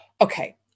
Okay